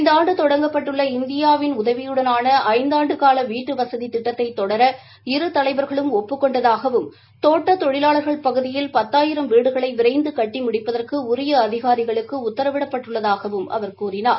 இந்த ஆண்டு தொடங்கப்பட்டுள்ள இந்தியாவின் உதவியுடனான ஐந்தாண்டு கால வீட்டுவசதி திட்டத்தை தொடர இரு தலைவர்களும் ஒப்புக் கொண்டதாகவும் தோட்ட தொழிலாளர்கள் பகுதியில் பத்தாயிரம் வீடுகளை விரைந்து கட்டி முடிப்பதற்கு உரிய அதிகாரிகளுக்கு உத்தரவிடப் பட்டுள்ளதாகவும் கூறினார்